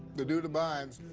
the dude abides.